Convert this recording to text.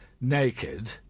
naked